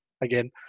again